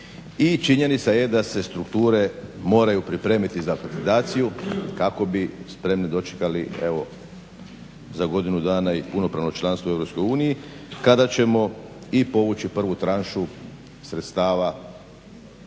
činjenica je da se strukture moraju pripremiti za kandidaciju kako bi spremni dočekali evo za godinu dana i punopravno članstvo u Europskoj uniji, kada ćemo i povući prvu tranšu sredstava